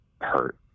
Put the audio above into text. hurt